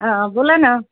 ह बोला ना